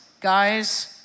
guys